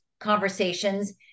conversations